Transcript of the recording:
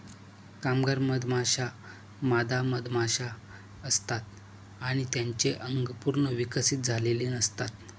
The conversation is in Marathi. कामगार मधमाश्या मादा मधमाशा असतात आणि त्यांचे अंग पूर्ण विकसित झालेले नसतात